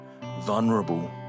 vulnerable